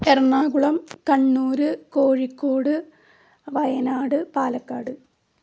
Ernakulam Kannur Kozhikode Wayanad Palakkad